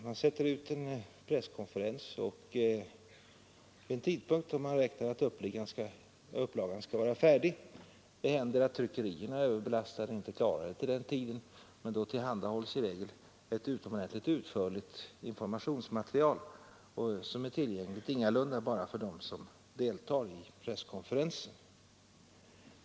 Man sätter ut en presskonferens vid en tidpunkt då man räknar med att upplagan skall vara färdig. Det händer att tryckerierna är överbelastade och inte klarar leverans vid den tiden, men då tillhandahålls i regel ett utomordentligt utförligt informationsmaterial, som ingalunda bara är tillgängligt för dem som deltar i presskonferensen.